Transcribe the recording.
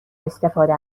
استفاده